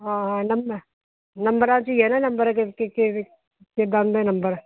ਹਾਂ ਹਾਂ ਨੰਮ ਨੰਬਰਾਂ 'ਚ ਹੀ ਹੈ ਨਾ ਨੰਬਰ ਕਿ ਕਿ ਕਿ ਵੀ ਕਿੱਦਾਂ ਦੇ ਨੰਬਰ